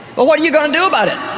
but what are you going to do about it?